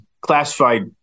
classified